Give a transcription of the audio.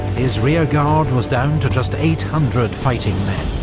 his rearguard was down to just eight hundred fighting men,